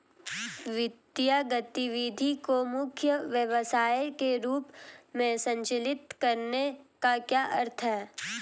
वित्तीय गतिविधि को मुख्य व्यवसाय के रूप में संचालित करने का क्या अर्थ है?